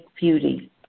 beauty